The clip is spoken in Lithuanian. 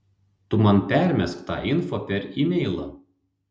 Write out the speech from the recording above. tu man permesk tą info per imeilą